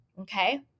Okay